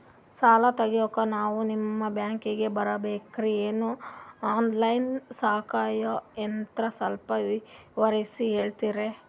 ಸಾಲ ತೆಗಿಯೋಕಾ ನಾವು ನಿಮ್ಮ ಬ್ಯಾಂಕಿಗೆ ಬರಬೇಕ್ರ ಏನು ಆನ್ ಲೈನ್ ಸೌಕರ್ಯ ಐತ್ರ ಸ್ವಲ್ಪ ವಿವರಿಸಿ ಹೇಳ್ತಿರೆನ್ರಿ?